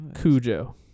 Cujo